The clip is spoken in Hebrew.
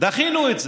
דחינו את זה.